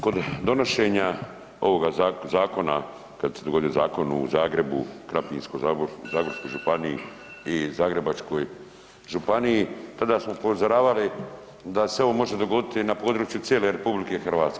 Kod donošenja ovoga zakona, kad se dogodio zakon u Zagrebu, Krapinsko-zagorskoj županiji i Zagrebačkoj županiji tada smo upozoravali da se ovo može dogoditi i na području cijele RH.